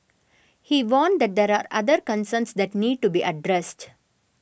he warned that there are other concerns that need to be addressed